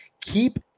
Keep